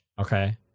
okay